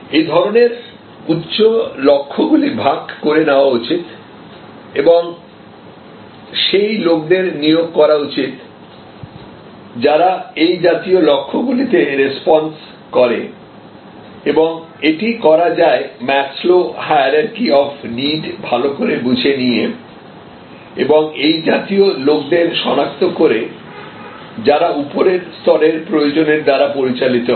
এই ধরনের উঁচু লক্ষ্যগুলি ভাগ করা নেওয়া উচিত এবং সেই লোকদের নিয়োগ করা উচিত যারা এই জাতীয় লক্ষগুলিতে রেসপন্স করে এবং এটা করা যায় Maslow hierarchy of need Maslow's hierarchy of needs ভালো করে বুঝে নিয়ে এবং এই জাতীয় লোকদের সনাক্ত করে যারা উপরের স্তরের প্রয়োজনের দ্বারা পরিচালিত হয়